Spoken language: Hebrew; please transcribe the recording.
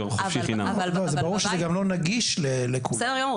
חופשי ובחינם וברור שזה גם לא נגיש לכולם.